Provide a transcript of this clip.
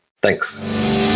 thanks